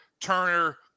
Turner